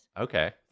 Okay